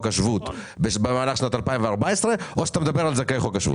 השבות במהלך שנת 2014 או שאתה מדבר על זכאי חוק השבות?